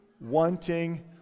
wanting